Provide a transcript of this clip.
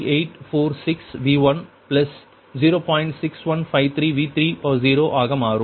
6153 V30 ஆக மாறும்